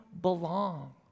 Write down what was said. belong